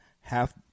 half